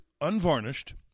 unvarnished